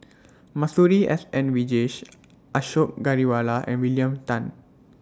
Masuri S N Vijesh Ashok Ghariwala and William Tan